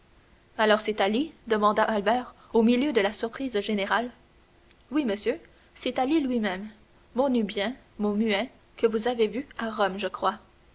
c'est ali demanda albert au milieu de la surprise générale oui monsieur c'est ali lui-même mon nubien mon muet que vous avez vu à rome je crois